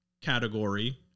category